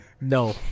No